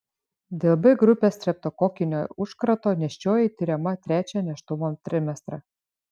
dėl b grupės streptokokinio užkrato nėščioji tiriama trečią nėštumo trimestrą